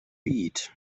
eat